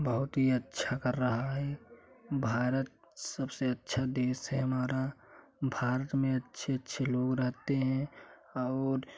बहुत ही अच्छा कर रहा हैं भारत सबसे अच्छा देश है हमारा भारत में अच्छे अच्छे लोग रहते हैं और